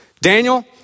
Daniel